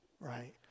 right